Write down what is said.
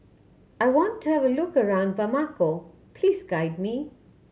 I want to have a look around Bamako please guide me